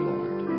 Lord